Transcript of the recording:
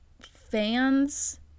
fans